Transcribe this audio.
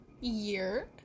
year